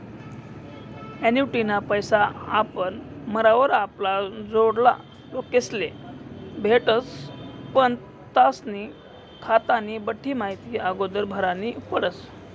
ॲन्युटीना पैसा आपण मरावर आपला जोडला लोकेस्ले भेटतस पण त्यास्ना खातानी बठ्ठी माहिती आगोदर भरनी पडस